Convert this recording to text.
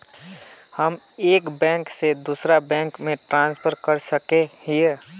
हम एक बैंक से दूसरा बैंक में ट्रांसफर कर सके हिये?